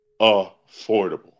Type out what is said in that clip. affordable